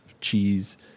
cheese